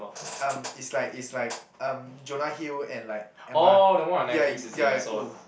um it's like it's like um Jonah-Hill and like Emma ya y~ ya oh